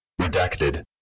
Redacted